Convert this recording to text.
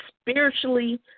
spiritually